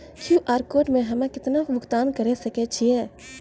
QR code से हम्मय केतना भुगतान करे सके छियै?